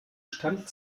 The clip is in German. stand